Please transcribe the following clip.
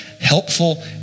helpful